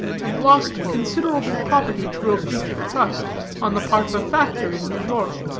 and lost considerable property through a breach of trust on the part of a factor in new york.